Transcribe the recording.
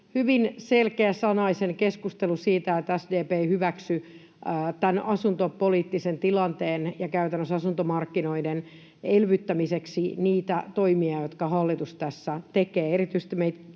hyvin selkeäsanaisen keskustelun siitä, että SDP ei hyväksy tämän asuntopoliittisen tilanteen ja käytännössä asuntomarkkinoiden elvyttämiseksi niitä toimia, jotka hallitus tässä tekee. Erityisesti meitä